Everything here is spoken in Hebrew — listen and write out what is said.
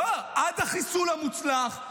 עד החיסול המוצלח,